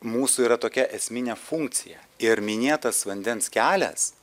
mūsų yra tokia esminė funkcija ir minėtas vandens kelias